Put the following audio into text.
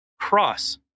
cross